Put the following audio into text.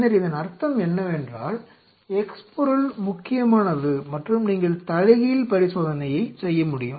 பின்னர் இதன் அர்த்தம் என்னவென்றால் x பொருள் முக்கியமானது மற்றும் நீங்கள் தலைகீழ் பரிசோதனையை செய்ய முடியும்